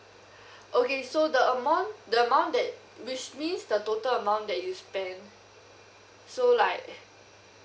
okay so the amount the amount that which means the total amount that you spend so like